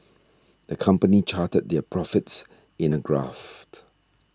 the company charted their profits in a graft